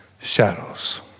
shadows